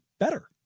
better